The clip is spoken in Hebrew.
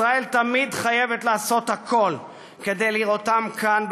ישראל תמיד חייבת לעשות הכול כדי לראותם כאן,